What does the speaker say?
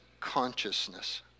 consciousness